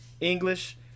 English